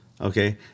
Okay